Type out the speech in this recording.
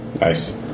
Nice